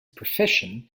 profession